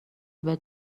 بهت